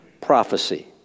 prophecy